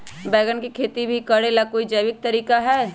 बैंगन के खेती भी करे ला का कोई जैविक तरीका है?